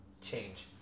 change